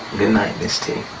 goodnight, miss t.